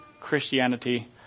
Christianity